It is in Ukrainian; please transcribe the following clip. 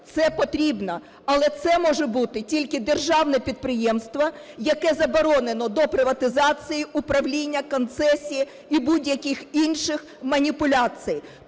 Це потрібно, але це може бути тільки державне підприємство, яке заборонене до приватизації, управління, концесії і будь-яких інших маніпуляцій.